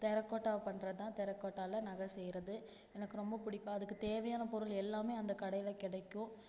தரக்கோட்டாவை பண்ணுறது தான் தரகோட்டாவில் நகை செய்கிறது எனக்கு ரொம்ப பிடிக்கும் அதுக்கு தேவையான பொருள் எல்லாம் அந்த கடையில் கிடைக்கும்